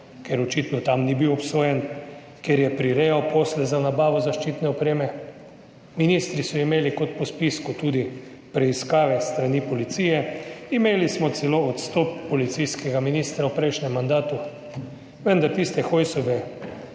ker očitno tam ni bil obsojen, ker je prirejal posle za nabavo zaščitne opreme. Ministri so imeli kot po spisku tudi preiskave s strani policije, imeli smo celo odstop policijskega ministra v prejšnjem mandatu, vendar tiste Hojsove